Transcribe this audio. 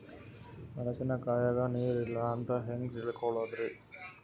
ಮೆಣಸಿನಕಾಯಗ ನೀರ್ ಇಲ್ಲ ಅಂತ ಹೆಂಗ್ ತಿಳಕೋಳದರಿ?